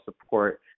support